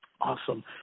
awesome